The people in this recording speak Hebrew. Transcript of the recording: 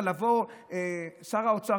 שר האוצר,